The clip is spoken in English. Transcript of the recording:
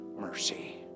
mercy